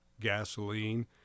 gasoline